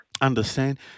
Understand